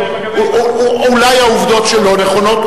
אולי העובדות שלו נכונות,